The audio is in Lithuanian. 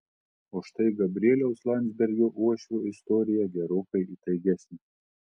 o štai gabrieliaus landsbergio uošvio istorija gerokai įtaigesnė